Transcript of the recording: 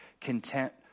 content